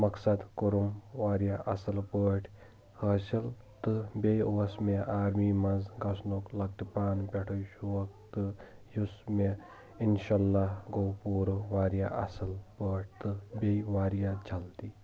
مقصد کورُم واریاہ اصٕل پٲٹھۍ حٲصِل تہٕ بیٚیہِ اوس مے آرمی منٛز گَژھنُک لۄکٹہِ پان پٮ۪ٹھےٕ شوق تہٕ یُس مے اِنشاء اللّٰہ گوو پوٗرٕ واریاہ اصٕل پٲٹھۍ تہٕ بیٚیہِ واریاہ جَلدی